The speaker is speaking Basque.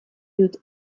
dut